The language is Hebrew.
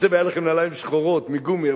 אתם היה לכם נעליים שחורות מגומי,